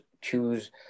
choose